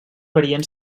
varien